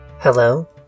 Hello